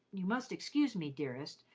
you must excuse me, dearest,